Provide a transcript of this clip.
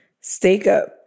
stake-up